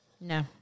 No